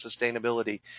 sustainability